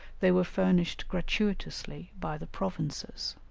they were furnished gratuitously by the provinces.